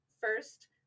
first